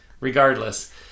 regardless